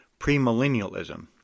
premillennialism